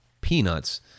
peanuts